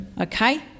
okay